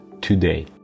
today